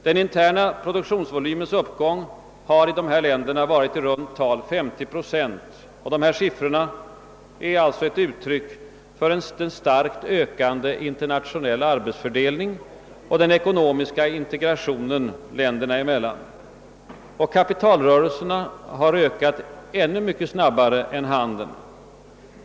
Den interna produktionsvolymens uppgång har i de här länderna varit i runt tal 50 procent. Dessa siffror är alltså ett uttryck för en starkt ökande internationell arbetsfördelning och den ekonomiska integrationen länderna emellan. Kapitalrörelserna har ökat ännu mycket snabbare än handeln.